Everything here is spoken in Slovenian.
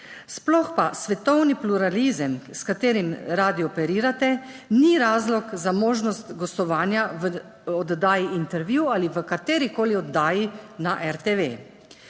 Sploh pa svetovni pluralizem, s katerim radi operirate, ni razlog za možnost gostovanja v oddaji Intervju ali v katerikoli oddaji na RTV.